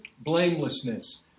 blamelessness